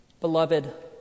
beloved